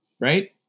right